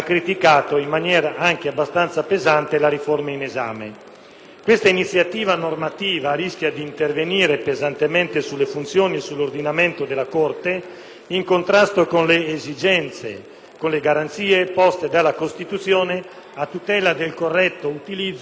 Questa iniziativa normativa rischia d'intervenire pesantemente sulle funzioni e sull'ordinamento della Corte, in contrasto con le esigenze, con le garanzie poste dalla Costituzione a tutela del corretto utilizzo e della proficua gestione delle risorse finanziarie pubbliche,